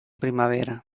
primavera